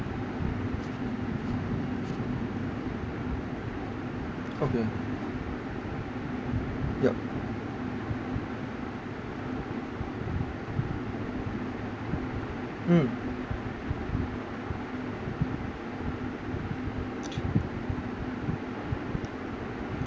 okay yup mm